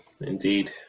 indeed